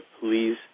Please